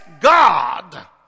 God